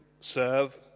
serve